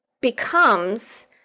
becomes